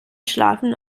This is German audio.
schlafen